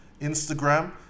instagram